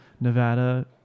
Nevada